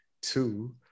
Two